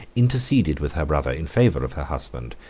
interceded with her brother in favor of her husband,